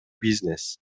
бизнес